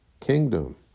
kingdom